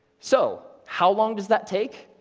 so, how long does that take?